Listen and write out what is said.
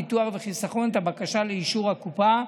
ביטוח וחיסכון את הבקשה לאישור הקופה.